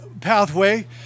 pathway